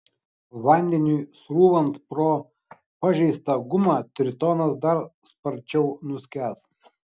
vandeniui srūvant pro pažeistą gumą tritonas dar sparčiau nuskęs